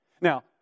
Now